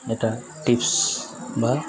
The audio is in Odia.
ଏଟା ଟିପ୍ସ ବା